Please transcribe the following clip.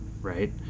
right